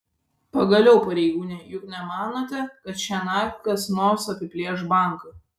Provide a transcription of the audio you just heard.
pagaliau pareigūne juk nemanote kad šiąnakt kas nors apiplėš banką